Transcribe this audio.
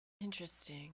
Interesting